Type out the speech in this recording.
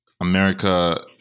America